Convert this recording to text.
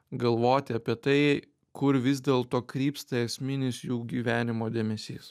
galvoti apie tai kur vis dėlto krypsta esminis jų gyvenimo dėmesys